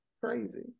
crazy